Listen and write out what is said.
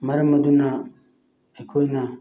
ꯃꯔꯝ ꯑꯗꯨꯅ ꯑꯩꯈꯣꯏꯅ